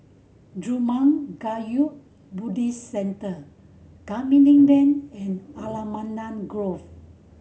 Zurmang Kagyud Buddhist Centre Canning Lane and Allamanda Grove